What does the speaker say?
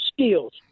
skills